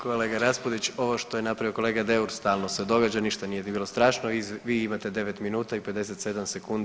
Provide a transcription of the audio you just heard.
Kolega Raspudić ovo što je napravio kolega Deur stalno se događa, ništa nije bilo strašno, vi imate 9 minuta i 57 sekundi.